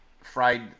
fried